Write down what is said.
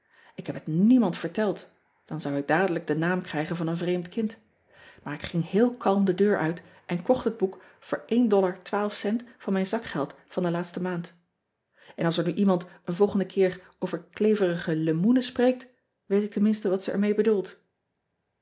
k heb het niemand verteld dan zou ik dadelijk den naam krijgen van een vreemd kind maar ik ging heel kalm de deur uit en kocht het boek voor één cent van mijn zakgeld van de laatste maand n als er nu iemand een volgende keer over kleverige lemoenen spreekt weet ik tenminste wat ze er mee bedoelt